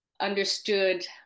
understood